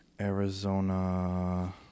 Arizona